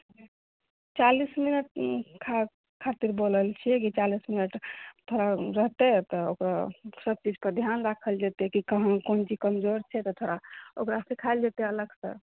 चालिस मिनट खात खातिर बोलै छियै कि चालिस मिनट थोड़ा रहतै एतए सब चीजके ध्यान राखल जेतै कि कहाँ कौन चीज कमजोर छै तऽ थोड़ा ओकरा सिखाओल जेतै अलग सऽ